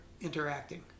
interacting